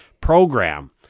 program